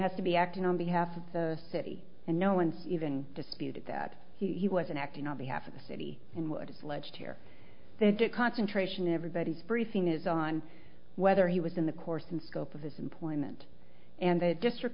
has to be acting on behalf of the city and no one's even disputed that he wasn't acting on behalf of the city and would pledge here that it concentration everybody's briefing is on whether he was in the course and scope of his employment and that district